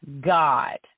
God